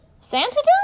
Santa